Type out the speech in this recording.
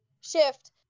shift